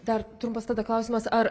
dar trumpas tada klausimas ar